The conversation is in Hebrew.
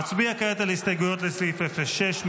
נצביע כעת על הסתייגויות לסעיף 06,